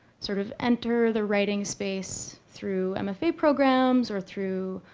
sort of, enter the writing space through mfa programs or through